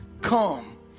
come